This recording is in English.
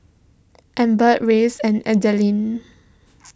Amber Rance and Ethelene